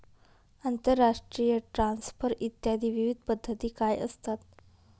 आंतरराष्ट्रीय ट्रान्सफर इत्यादी विविध पद्धती काय असतात?